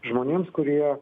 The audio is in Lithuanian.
žmonėms kurie